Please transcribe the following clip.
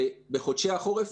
בחודשי החורף,